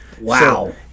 Wow